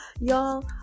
Y'all